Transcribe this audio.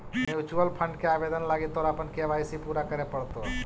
mutual fund के आवेदन लागी तोरा अपन के.वाई.सी पूरा करे पड़तो